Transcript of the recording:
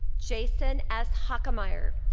jason s. hockemeyer.